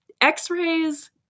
x-rays